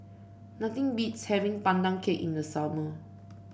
nothing beats having Pandan Cake in the summer